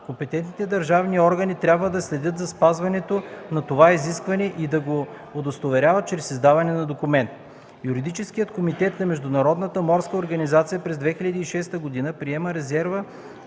Компетентните държавни органи трябва да следят за спазването на това изискване и да го удостоверяват чрез издаването на документ. Юридическият комитет на Международната